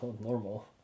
normal